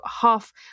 half